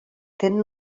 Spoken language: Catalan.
tenen